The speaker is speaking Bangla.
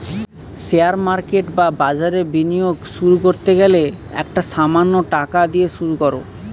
শেয়ার মার্কেট বা বাজারে বিনিয়োগ শুরু করতে গেলে একটা সামান্য টাকা দিয়ে শুরু করো